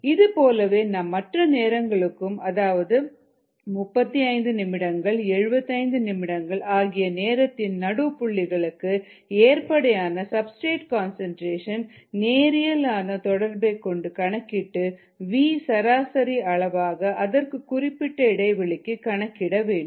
இதுபோலவே நாம் மற்ற நேரங்களுக்கும் அதாவது 35 நிமிடங்கள் 75 நிமிடங்கள் ஆகிய நேரத்தின் நடு புள்ளிகளுக்கு ஏற்படையான சப்ஸ்டிரேட் கன்சன்ட்ரேஷன் நேரியல் ஆன தொடர்பை கொண்டு கணக்கிட்டு v சராசரி அளவாக அந்த குறிப்பிட்ட இடைவெளிக்கு கணக்கிட வேண்டும்